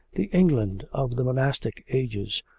the england of the monastic ages,